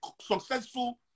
successful